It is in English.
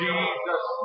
Jesus